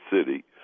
city